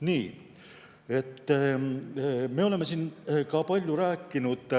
puudub. Me oleme siin palju rääkinud